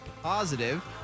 positive